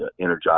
energize